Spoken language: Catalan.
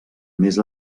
més